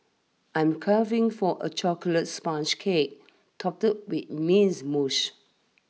I'm craving for a chocolate sponge cake topped with mousse